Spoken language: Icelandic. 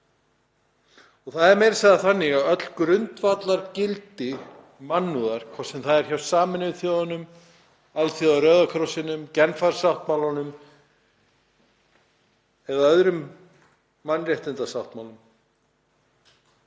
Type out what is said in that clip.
í. Það er meira að segja þannig að öll grundvallargildi mannúðar, hvort sem það er hjá Sameinuðu þjóðunum, alþjóða Rauða krossinum, í Genfarsáttmálanum eða öðrum mannréttindasáttmálum,